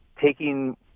taking